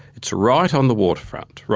it's right on the waterfront,